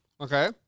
Okay